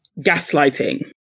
gaslighting